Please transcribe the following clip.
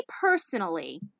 personally